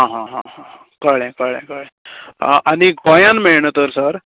आं हां हां हां कळ्ळे कळ्ळे कळ्ळे आनी गोंयान मेळना तर सर